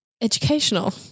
educational